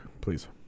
Please